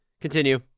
Continue